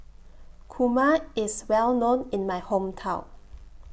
Kurma IS Well known in My Hometown